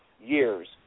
years